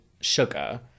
sugar